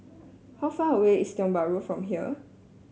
how far away is Tiong Bahru from here